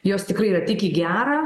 jos tikrai yra tik į gerą